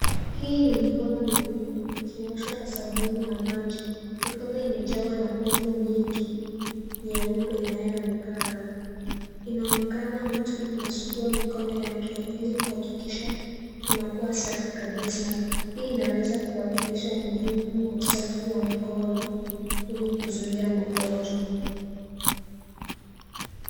Hii ni mkono miwili ikioshwa kwa sabuni na maji. Mikono imejawa na povu nyingi nyeupe inayoonekana. Inaonekana mtu unasugua mikono yake ili kuhakikisha inakuwa safi kabisa. Hii inaweza kuwakilisha umuhimu wa usafi wa mikono ili kuzuia magonjwa.